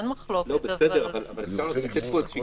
אין מחלוקת אבל --- אפשר לתת פה איזושהי